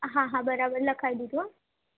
હા હા બરાબર લખાવી દેજો